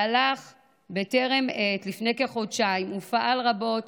שהלך בטרם עת לפני כחודשיים ופעל רבות